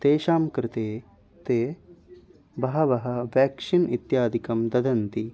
तेषां कृते ते बहवः व्याक्शिन् इत्यादिकं ददति